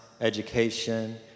education